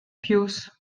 piws